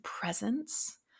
presence